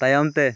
ᱛᱟᱭᱚᱢ ᱛᱮ